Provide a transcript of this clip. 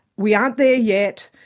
we aren't there yet,